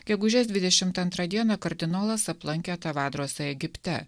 gegužės dvidešimt antrą dieną kardinolas aplankė tavadrosą egipte